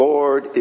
Lord